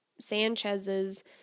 Sanchez's